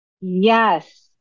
Yes